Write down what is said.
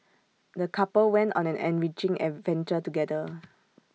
the couple went on an enriching adventure together